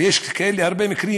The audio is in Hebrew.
ויש הרבה מקרים